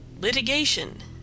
Litigation